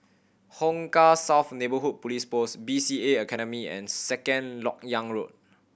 Hong Kah South Neighbourhood Police Post B C A Academy and Second Lok Yang Road